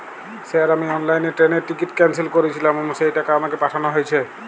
Sir আমি অনলাইনে ট্রেনের টিকিট ক্যানসেল করেছিলাম এবং সেই টাকা আমাকে পাঠানো হয়েছে?